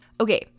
Okay